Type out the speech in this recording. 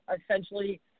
essentially